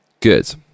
good